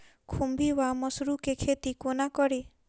खुम्भी वा मसरू केँ खेती कोना कड़ी?